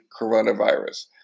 coronavirus